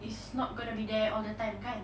is not going to be there all the time kan